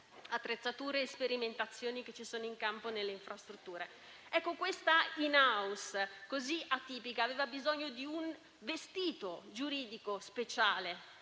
attrezzature e sperimentazioni che ci sono nel campo delle infrastrutture. Questa *in house* così atipica aveva bisogno di un vestito giuridico speciale